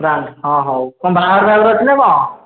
brand ହଁ ହଉ କ'ଣ ବାହାଘର ଫାହାଘର ଅଛି ନା କଁ